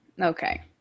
okay